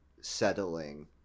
settling